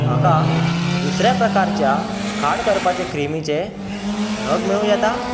म्हाका दुसऱ्या प्रकाराच्या खाड करपाचे क्रीमीचे नग मेळूं येता